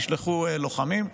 נשלחו לוחמים.